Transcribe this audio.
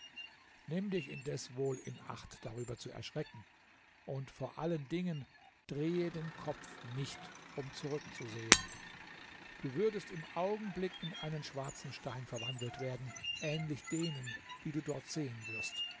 nimm dich indes wohl in acht darüber zu erschrecken und vor allen dingen drehe den kopf nicht um zurückzusehen du würdest im augenblick in einen schwarzen stein verwandelt werden ähnlich denen die du dort sehen wirst